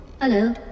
hello